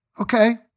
Okay